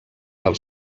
del